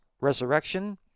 resurrection